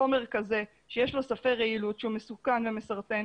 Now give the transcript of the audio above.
חומר הזה שיש לי ספי רעילות, שהוא מסוכן ומסרטן,